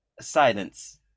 silence